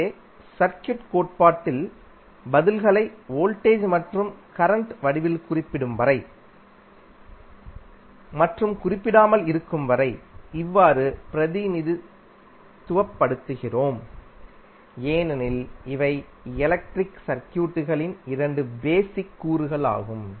எனவே சர்க்யூட் கோட்பாட்டில் பதில்களை வோல்டேஜ் மற்றும் கரண்ட் வடிவில் குறிப்பிடும் வரை மற்றும் குறிப்பிடாமல் இருக்கும் வரை இவ்வாறு பிரதிநிதித்துவப்படுத்துகிறோம் ஏனெனில் இவை எலக்ட்ரிக் சர்க்யூட்களில் இரண்டு பேசிக் கூறுகள் ஆகும்